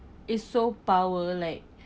it's so power like